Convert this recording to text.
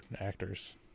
actors